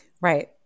Right